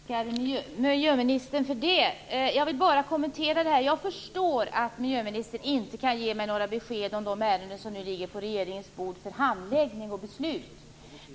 Fru talman! Jag tackar miljöministern för det. Jag vill bara kommentera detta. Jag förstår att miljöministern inte kan ge mig några besked om de ärenden som nu ligger på regeringens bord för handläggning och beslut.